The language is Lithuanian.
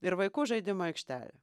ir vaikų žaidimų aikštelė